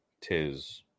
Tis